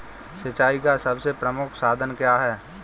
सिंचाई का सबसे प्रमुख साधन क्या है?